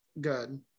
good